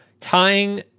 Tying